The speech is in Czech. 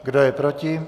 Kdo je proti?